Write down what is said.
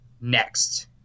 next